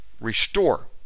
Restore